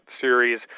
series